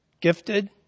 gifted